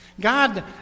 God